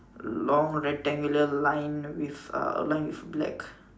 long rectangular line with uh line with black